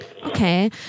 Okay